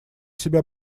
себя